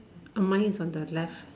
err mine is on the left